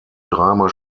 dreimal